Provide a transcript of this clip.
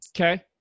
Okay